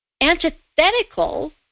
antithetical